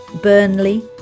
Burnley